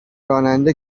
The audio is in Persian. راننده